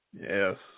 Yes